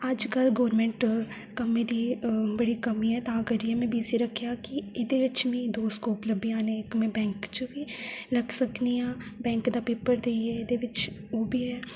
अज्जकल गौरमेंट कम्में दी बड़ी कमी ऐ तां करियै में बीसीए रक्खेआ कि एह्दे बिच्च मी दो स्कोप लब्भी जाने इक में बैंक च बी लग्गी सकनी आं बैंक दा पेपर देइयै एह्दे बिच्च ओह् बी ऐ